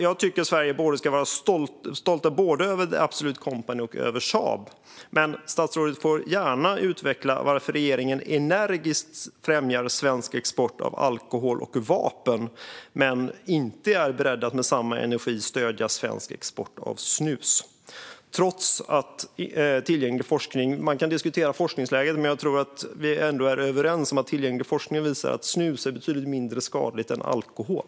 Jag tycker att Sverige ska vara stolt över både The Absolut Company och Saab. Men statsrådet får gärna utveckla varför regeringen energiskt främjar svensk export av alkohol och vapen men inte är beredd att med samma energi stödja svensk export av snus. Man kan diskutera forskningsläget. Men jag tror att vi ändå är överens om att tillgänglig forskning visar att snus är betydligt mindre skadligt än alkohol.